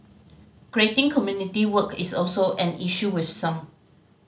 grading community work is also an issue with some